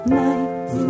night